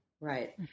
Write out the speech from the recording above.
Right